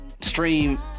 Stream